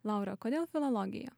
laura kodėl filologija